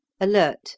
ALERT